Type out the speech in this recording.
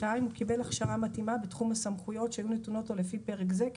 הוא קיבל הכשרה מתאימה בתחום הסמכויות שיהיו נתונות לו לפי פרק זה,